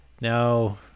no